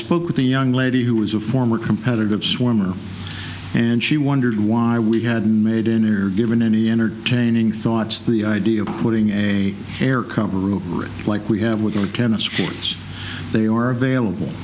spoke with the young lady who was a former competitive swimmer and she wondered why we hadn't made any or given any entertaining thoughts the idea of putting a fair cover over it like we have with our tennis courts they are available